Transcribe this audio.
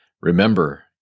Remember